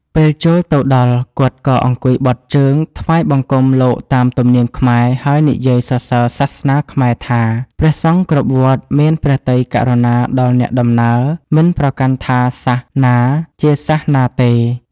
ពេលចូលទៅដល់ គាត់ក៏អង្គុយបត់ជើងថ្វាយបង្គំលោកតាមទំនៀមខ្មែរ ហើយនិយាយសរសើរសាសនាខ្មែរថា ព្រះសង្ឃគ្រប់វត្តមានព្រះទ័យករុណាដល់អ្នកដំណើរ មិនប្រកាន់ថាសាសន៍ណាជាសាសន៍ទេ។